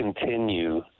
continue